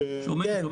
קיימת, גם באוטובוסים